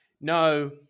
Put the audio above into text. No